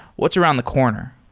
what's around the corner?